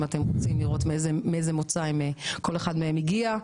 אם אתם רוצים לראות מאיזה מוצא כל אחד מהם הגיע,